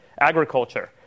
agriculture